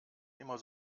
immer